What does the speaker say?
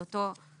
זה אותו הסדר.